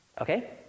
okay